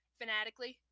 fanatically